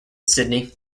sydney